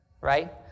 right